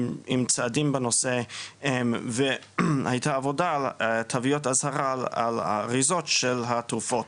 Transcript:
עם צעדים בנושא והייתה עבודה על תוויות אזהרה על אריזות של התרופות